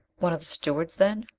one of the stewards then.